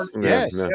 yes